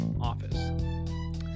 office